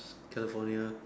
California